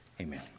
amen